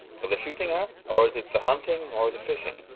for the shooting, ah? or is it the hunting, or the fishing?